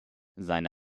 seine